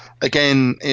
again